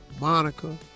Monica